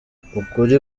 ukuri